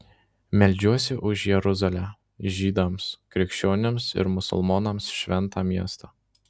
meldžiuosi už jeruzalę žydams krikščionims ir musulmonams šventą miestą